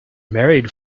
married